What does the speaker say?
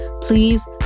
Please